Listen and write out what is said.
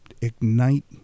ignite